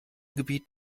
gebiet